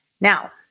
Now